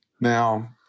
Now